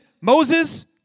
Moses